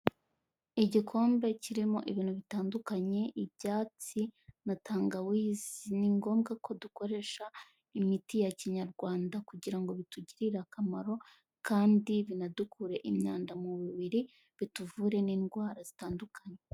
Igikombe kirimo ibintu bitandukanye, ibyatsi na tangawizi; ni ngombwa ko dukoresha imiti ya kinyarwanda kugira ngo bitugirire akamaro, kandi binadukure imyanda mu mubiri, bituvure n'indwara zitandukanye.